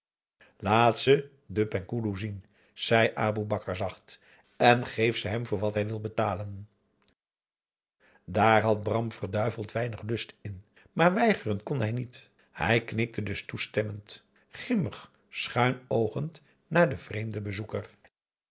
laat ze den penghoeloe zien zei aboe bakar zacht en geef ze hem voor wat hij wil betalen daar had bram verduiveld weinig lust in maar weigeren kon hij niet hij knikte dus toestemmend grimmig schuinoogend naar den vreemden bezoeker